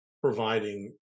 providing